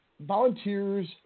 volunteers